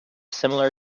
similar